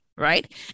Right